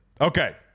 Okay